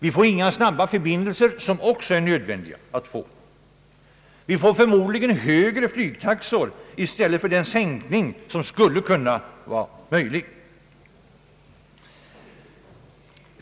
Vi får inte de snabba förbindelser som också är nödvändiga, och vi får förmodligen högre flygtaxor i stället för den sänkning som skulle kunna vara möjlig.